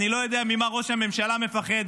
אני לא יודע ממה ראש הממשלה מפחד.